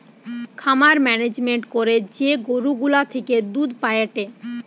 খামার মেনেজমেন্ট করে যে গরু গুলা থেকে দুধ পায়েটে